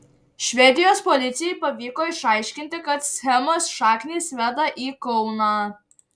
švedijos policijai pavyko išaiškinti kad schemos šaknys veda į kauną